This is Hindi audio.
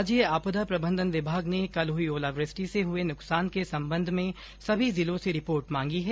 राज्य आपदा प्रबंधन विभाग ने कल हई ओलावृष्टि से हये नुकसान के संबंध में सभी जिलों से रिपोर्ट मांगी है